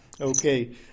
Okay